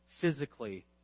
physically